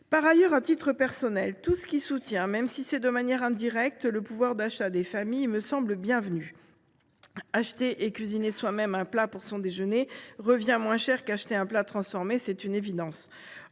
Par ailleurs, à titre personnel, toutes les mesures soutenant, même de manière indirecte, le pouvoir d’achat des familles me semblent bienvenues. Acheter et cuisiner soi même un plat pour son déjeuner revient moins cher qu’acheter un plat transformé, c’est une évidence.